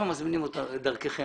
אנחנו מזמינים אותו דרככם